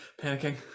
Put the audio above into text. panicking